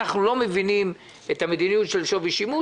אנחנו לא מבינים את המדיניות של שווי שימוש